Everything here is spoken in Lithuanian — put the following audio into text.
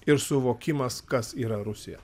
ir suvokimas kas yra rusija